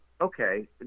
Okay